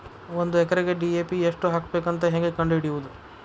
ಒಂದು ಎಕರೆಗೆ ಡಿ.ಎ.ಪಿ ಎಷ್ಟು ಹಾಕಬೇಕಂತ ಹೆಂಗೆ ಕಂಡು ಹಿಡಿಯುವುದು?